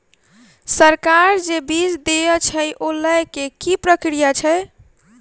सरकार जे बीज देय छै ओ लय केँ की प्रक्रिया छै?